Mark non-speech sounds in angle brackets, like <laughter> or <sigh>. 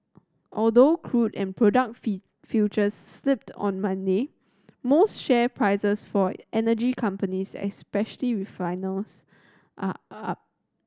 although crude and product <unintelligible> futures slipped on Monday most share prices for energy companies especially refiners are up